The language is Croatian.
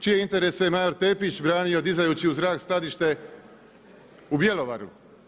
Čije interese Major Tepić branio dizajući u zrak skladište u Bjelovaru.